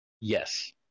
Yes